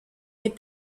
des